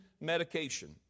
medication